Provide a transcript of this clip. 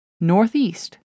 Northeast